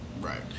Right